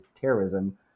terrorism